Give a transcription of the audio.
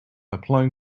applying